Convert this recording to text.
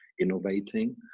innovating